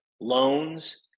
loans